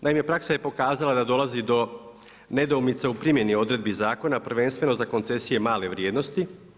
Naime, praksa je pokazala da dolazi do nedoumica u primjeni odredbi zakona prvenstveno za koncesije male vrijednosti.